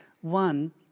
One